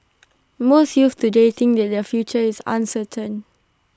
most youths today think that their future is uncertain